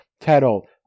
title